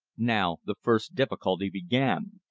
now the first difficulty began.